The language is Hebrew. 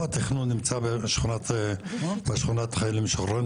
התכנון נמצא בשכונת חיילים משוחררים.